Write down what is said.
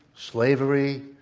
slavery,